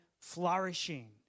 flourishing